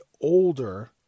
older